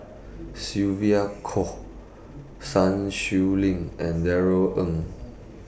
Sylvia Kho Sun Xueling and Darrell Ang